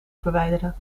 verwijderen